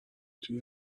توی